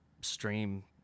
stream